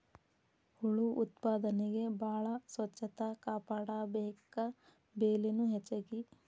ಹುಳು ಉತ್ಪಾದನೆಗೆ ಬಾಳ ಸ್ವಚ್ಚತಾ ಕಾಪಾಡಬೇಕ, ಬೆಲಿನು ಹೆಚಗಿ